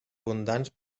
abundants